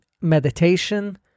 Meditation